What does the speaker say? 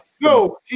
No